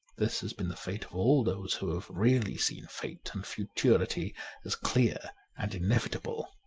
this has been the fate of all those who have really seen fate and futurity as clear and inevitable.